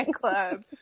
club